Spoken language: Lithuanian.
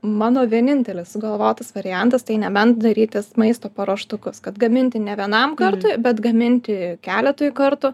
mano vienintelis sugalvotas variantas tai nebent darytis maisto paruoštukus kad gaminti ne vienam kartui bet gaminti keletui kartų